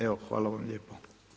Evo hvala vam lijepo.